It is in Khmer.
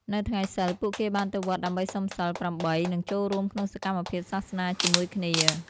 នៅថ្ងៃសីល ពួកគេបានទៅវត្តដើម្បីសុំសីលប្រាំបីនិងចូលរួមក្នុងសកម្មភាពសាសនាជាមួយគ្នា។